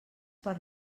per